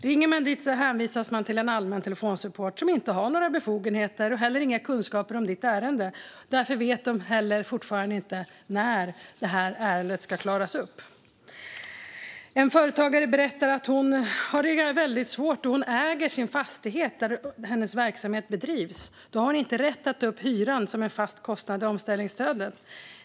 Ringer man dit hänvisas man till en allmän telefonsupport som inte har några befogenheter och heller inga kunskaper om ditt ärende. Därför vet de fortfarande inte när det här ärendet ska klaras upp. En företagare berättar om hur svårt hon har det. Hon äger fastigheten där hon bedriver sin verksamhet, och då har hon inte rätt att ta upp hyran som en fast kostnad i omställningsstödet.